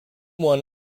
won